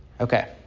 Okay